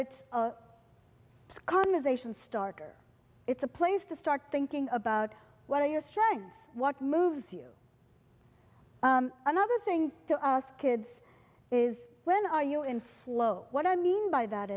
it's a conversation starter it's a place to start thinking about what are your strengths what moves you another thing to ask kids is when are you in flow what i mean by that